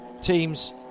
Teams